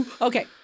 Okay